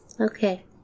okay